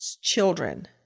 children